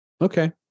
Okay